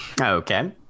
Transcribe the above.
Okay